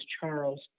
Charles